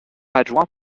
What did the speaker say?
adjoint